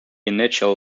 initial